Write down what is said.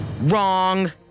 Wrong